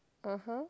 (uh huh)